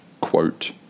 quote